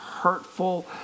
hurtful